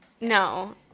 No